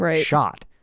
shot